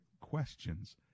questions